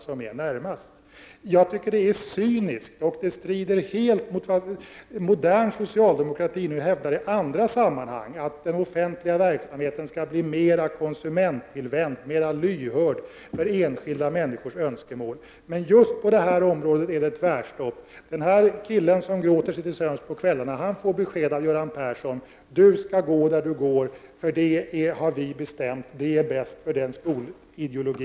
Jag tycker att detta är cyniskt, och det strider helt mot vad modern socialdemokrati hävdar i andra sammanhang, nämligen att den offentliga verksamheten skall bli mer konsumenttillvänd, mer lyhörd för enskilda människors önskemål. Men just på detta område är det tvärstopp. Den här killen som gråter sig till sömns på kvällarna får beskedet av Göran Persson: Du skall gå där du går, för det har vi bestämt, och det är bäst enligt vår skolideologi.